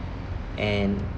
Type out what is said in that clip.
and